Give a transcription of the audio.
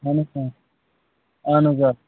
اَہن حظ آ اہن حظ آ